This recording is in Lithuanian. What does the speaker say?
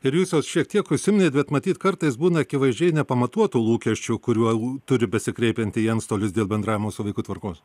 ir jūs jau šiek tiek užsiminėt bet matyt kartais būna akivaizdžiai nepamatuotų lūkesčių kuriuos turi besikreipianti į antstolius dėl bendravimo su vaiku tvarkos